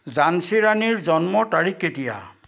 ঝাঁসীৰ ৰাণীৰ জন্মৰ তাৰিখ কেতিয়া